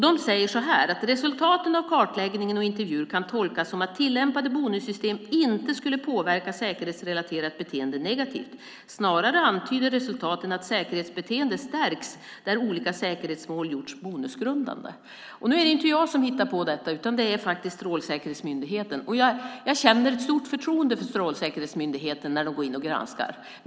De säger att resultaten av kartläggningen och intervjuerna kan tolkas som att tillämpade bonussystem inte skulle påverka säkerhetsrelaterat beteende negativt. Snarare antyder resultaten att säkerhetsbeteendet stärks där olika säkerhetsmål gjorts bonusgrundande. Nu är det inte jag som hittar på detta, utan det är faktiskt Strålsäkerhetsmyndigheten, och jag känner ett stort förtroende för Strålsäkerhetsmyndigheten när de går in och granskar.